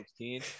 16